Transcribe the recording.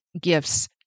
gifts